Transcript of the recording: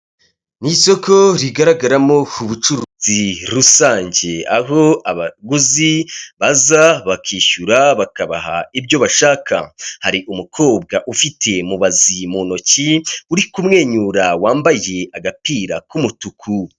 Isoko rigaragaramo ubucuruzi rusange aho abaguzi baza bakishyura bakabaha ibyo bashaka, hari umukobwa ufite mubazi mu ntoki uri kumwenyura wambaye agapira k'umutuku.